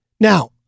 Now